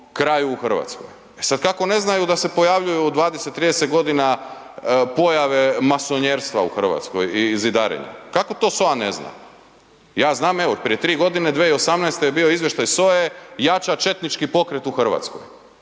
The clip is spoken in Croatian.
kraju u Hrvatskoj. E sad, kako ne znaju da se pojavljuju 20, 30 godina pojave masonjerstva u Hrvatskoj i zidarenja? Kako to SOA ne zna? Ja znam, evo, prije 3 godine, 2018. je bio izvještaj SOA-e, jača četnički pokret u Hrvatskoj.